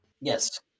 Yes